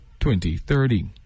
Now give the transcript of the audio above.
2030